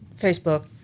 Facebook